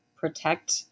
protect